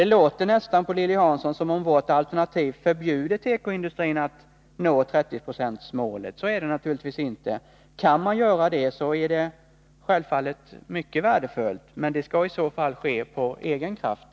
Det låter på Lilly Hansson som om vi i vårt alternativ förbjuder tekoindustrin att nå 30-procentsmålet. Så är det naturligtvis inte. Kan man nå det målet, så är det självfallet mycket värdefullt. Men det skall i så fall ske av egen kraft.